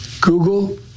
Google